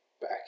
back